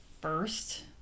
first